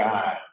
God